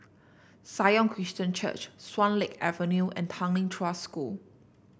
Sion Christian Church Swan Lake Avenue and Tanglin Trust School